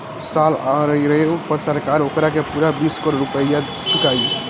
साल ओराये पर सरकार ओकारा के पूरा बीस करोड़ रुपइया चुकाई